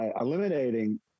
eliminating